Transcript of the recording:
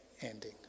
ending